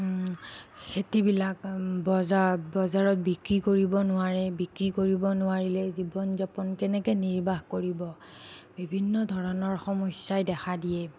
খেতিবিলাক বজাৰ বজাৰত বিক্ৰী কৰিব নোৱাৰে বিক্ৰী কৰিব নোৱাৰিলে জীৱন যাপন কেনেকৈ নিৰ্বাহ কৰিব বিভিন্ন ধৰণৰ সমস্যাই দেখা দিয়ে